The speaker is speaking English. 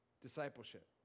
discipleship